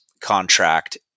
Contract